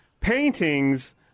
paintings